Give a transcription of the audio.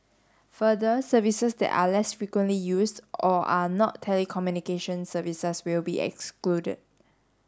further services that are less frequently use or are not telecommunication services will be excluded